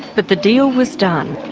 but the deal was done.